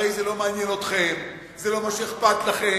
הרי זה לא מעניין אתכם, זה לא מה שאכפת לכם.